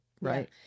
Right